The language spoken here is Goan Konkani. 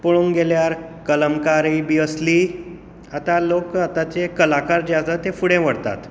पळोवंक गेल्यार कलमकारी बी असली आतां लोक आतांचे कलाकार जे आसा ते फुडें व्हरतात